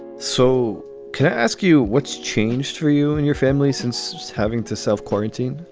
so could i ask you what's changed for you and your family since having to self-quarantine?